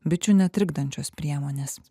bičių netrikdančios priemonės